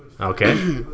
Okay